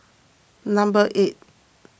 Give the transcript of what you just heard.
number eight